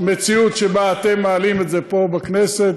המציאות שבה אתם מעלים את זה פה בכנסת,